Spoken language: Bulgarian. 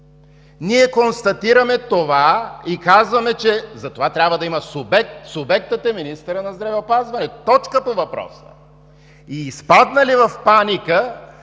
Ние констатираме това и казваме, че затова трябва да има субект. Субектът е министърът на здравеопазването. Точка по въпроса. И изпаднали в паника,